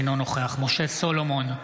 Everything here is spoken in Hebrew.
אינו נוכח משה סולומון,